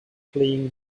fleeing